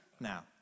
Now